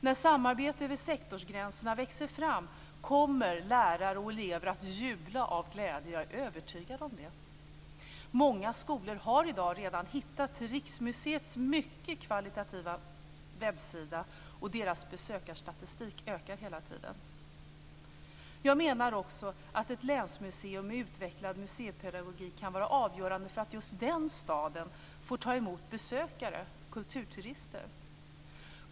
När samarbetet över sektorsgränserna växer fram kommer lärare och elever att jubla av glädje. Jag är övertygad om det. Många skolor har i dag redan hittat till Riksmuseets mycket kvalitativa webbsida, och deras besöksstatistik ökar hela tiden. Jag menar också att ett länsmuseum med utvecklad museipedagogik kan vara avgörande för att just den staden får ta emot besökare, kulturturister.